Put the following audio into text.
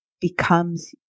becomes